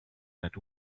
that